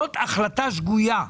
זאת החלטה שגויה.